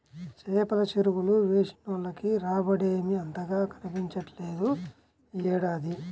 చేపల చెరువులు వేసినోళ్లకి రాబడేమీ అంతగా కనిపించట్లేదు యీ ఏడాది